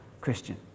Christian